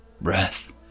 breath